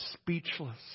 speechless